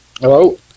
hello